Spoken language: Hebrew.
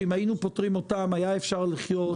שאם היינו פותרים אותן היה אפשר לחיות עם זה.